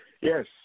Yes